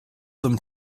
them